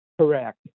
Correct